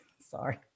Sorry